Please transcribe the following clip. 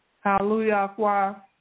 Hallelujah